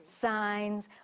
signs